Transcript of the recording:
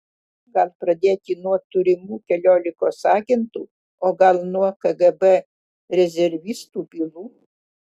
gal pradėti nuo turimų keliolikos agentų o gal nuo kgb rezervistų bylų